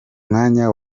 mwanya